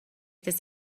this